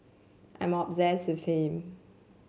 I'm obsessed with him